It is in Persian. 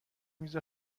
میز